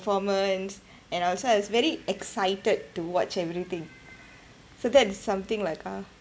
performance and I was like it's very excited to watch everything so that's something like a